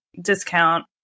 discount